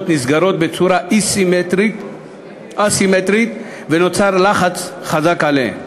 נסגרות בצורה א-סימטרית ונוצר לחץ חזק עליהן.